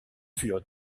furent